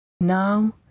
Now